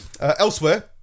Elsewhere